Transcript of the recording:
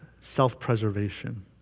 self-preservation